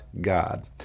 God